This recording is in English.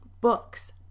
books